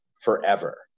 forever